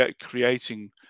creating